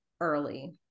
early